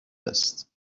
است